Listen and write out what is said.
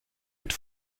mit